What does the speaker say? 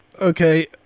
Okay